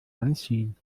anziehen